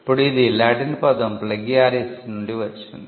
ఇప్పుడు ఇది లాటిన్ పదం ప్లగియరీస్నుండి వచ్చింది